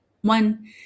One